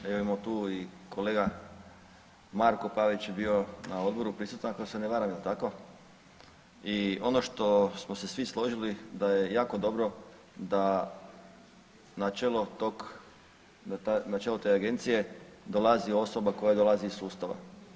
Evo imamo tu i kolega Marko Pavić je bio na odboru prisutan ako se ne varam jel tako i ono što smo se svi složili da je jako dobro da na čelo te agencije dolazi osoba koja dolazi iz sustava.